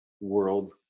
world